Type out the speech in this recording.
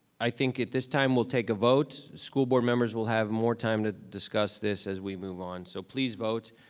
i think at this time we'll take a vote. school board members will have more time to discuss this as we move on. so please vote.